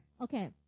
Okay